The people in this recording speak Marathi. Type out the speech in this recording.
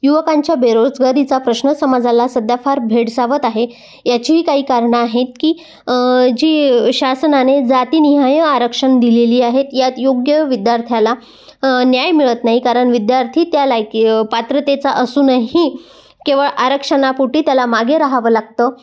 युवकांच्या बेरोजगारीचा प्रश्न समाजाला सध्या फार भेडसावत आहे याचीही काही कारणं आहेत की जी शासनाने जातीनिहाय आरक्षण दिलेली आहेत यात योग्य विद्यार्थ्याला न्याय मिळत नाही कारण विद्यार्थी त्या लायकी पात्रतेचा असूनही केवळ आरक्षणापोटी त्याला मागे राहावं लागतं